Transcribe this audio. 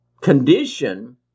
condition